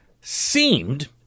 seemed